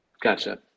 Gotcha